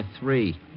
three